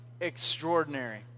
extraordinary